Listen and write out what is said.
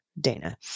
Dana